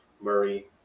Murray